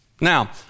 Now